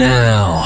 now